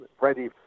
ready